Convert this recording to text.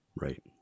Right